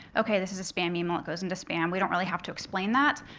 ok, this is a spam email. it goes into spam. we don't really have to explain that.